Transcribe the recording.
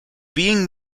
being